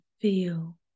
feel